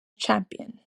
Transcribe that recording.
champion